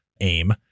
aim